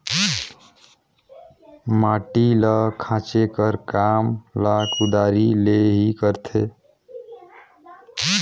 माटी ल खाचे कर काम ल कुदारी ले ही करथे